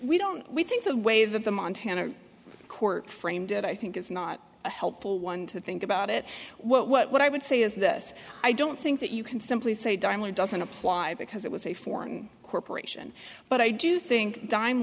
we don't we think the way that the montana court framed it i think it's not a helpful one to think about it what i would say is this i don't think that you can simply say directly doesn't apply because it was a foreign corporation but i do think dime